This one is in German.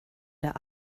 der